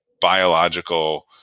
biological